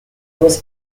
was